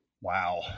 Wow